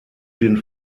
den